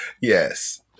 yes